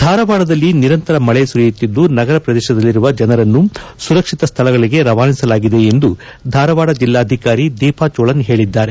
ಧಾರವಾಡದಲ್ಲಿ ನಿರಂತರ ಮಳಿ ಸುರಿಯುತ್ತಿದ್ದು ನಗರ ಪ್ರದೇಶದಲ್ಲಿರುವ ಜನರನ್ನು ಸುರಕ್ಷಿತ ಸ್ಥಳಗಳಿಗೆ ರವಾನಿಸಲಾಗಿದೆ ಎಂದು ಧಾರವಾದ ಜಿಲ್ಲಾಧಿಕಾರಿ ದೀಪಾ ಚೋಳನ್ ಹೇಳಿದ್ದಾರೆ